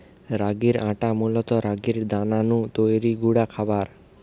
রাগির আটা মূলত রাগির দানা নু তৈরি গুঁড়া খাবার